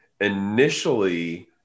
initially